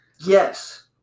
Yes